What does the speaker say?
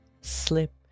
slip